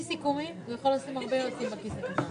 אתם מתקזזים עם קופת חולים?